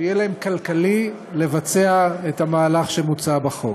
שיהיה להם כלכלי לבצע את המהלך שמוצע בחוק.